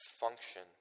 function